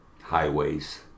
highways